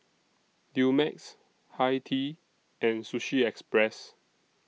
Dumex Hi Tea and Sushi Express